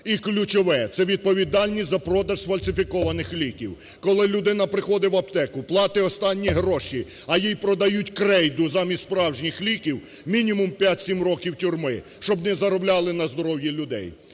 І ключове – це відповідальність за продаж сфальсифікованих ліків. Коли людина приходить в аптеку, платить останні гроші, а їй продають крейду замість справжніх ліків, мінімум 5-7 років тюрми, щоб не заробляли на здоров'ї людей.